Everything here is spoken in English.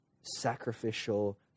sacrificial